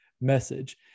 message